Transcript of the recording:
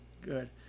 good